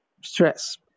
stress